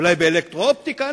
אולי אלקטרו-אופטיקה?